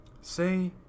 say